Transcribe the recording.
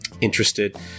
interested